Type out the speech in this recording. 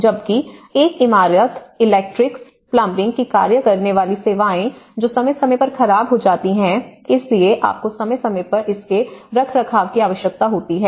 जबकि एक इमारत इलेक्ट्रिक्स प्लंबिंग की कार्य करने वाली सेवाएँ जो समय समय पर खराब हो जाती हैं इसलिए आपको समय समय पर इसके रखरखाव की आवश्यकता होती है